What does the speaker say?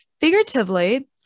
figuratively